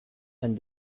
and